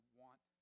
want